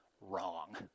wrong